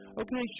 Okay